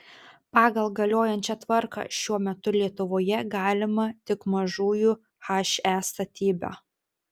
pagal galiojančią tvarką šiuo metu lietuvoje galima tik mažųjų he statyba